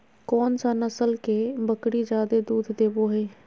कौन सा नस्ल के बकरी जादे दूध देबो हइ?